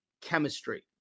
chemistry